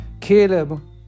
Caleb